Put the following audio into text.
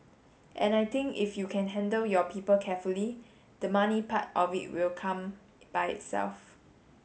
and I think if you can handle your people carefully the money part of it will come by itself